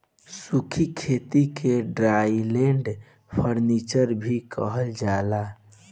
सूखी खेती के ड्राईलैंड फार्मिंग भी कहल जाला